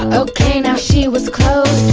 um ok now she was close,